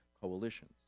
coalitions